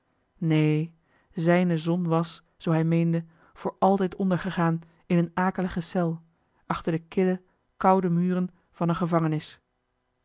neen zijne zon was zoo hij meende voor altijd ondergegaan in eene akelige cel achter de kille koude muren van eene gevangenis